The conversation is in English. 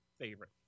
favorite